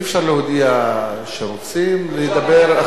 אי-אפשר להודיע שרוצים לדבר,